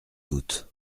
doute